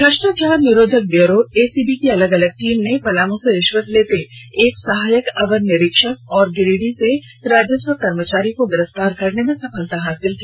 भ्रष्टाचार निरोधक bureau ACB की अलग अलग टीम ने पलामू से रिष्वत लेते एक सहायक अवर निरीक्षक और गिरिडीह से राजस्व कर्मचारी को गिरफ्तार करने में सफलता हासिल की